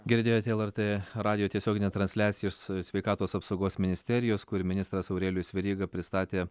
girdėjote lrt radijo tiesioginę transliacijos sveikatos apsaugos ministerijos kur ministras aurelijus veryga pristatė